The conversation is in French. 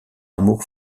amour